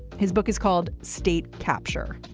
his book is called state capture.